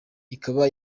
ikaba